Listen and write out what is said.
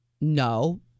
No